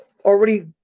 already